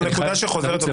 כי זאת שאלה שחוזרת על עצמה.